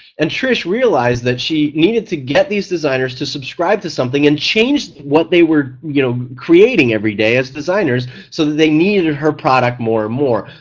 and trish realized that she needed to get these designers to subscribe to something and change what they were you know creating every day as designers so that they needed her product more and more.